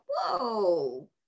whoa